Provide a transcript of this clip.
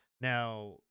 now